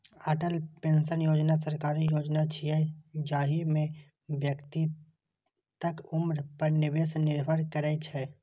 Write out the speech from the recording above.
Atal pension Yojana सरकारी योजना छियै, जाहि मे व्यक्तिक उम्र पर निवेश निर्भर करै छै